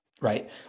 right